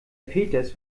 peters